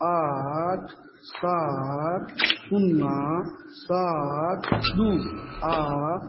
आठ सात शून्ना सात दू आ